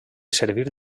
servir